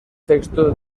texto